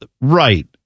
right